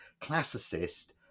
classicist